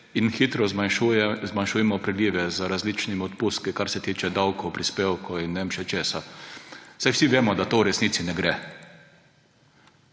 in hitro zmanjšujmo prilive z različnimi odpustki, kar se tiče davkov, prispevkov in ne vem še česa. Saj vsi vemo, da to v resnici ne gre.